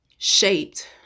shaped